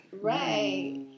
Right